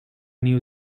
new